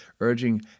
urging